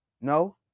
no